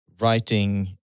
writing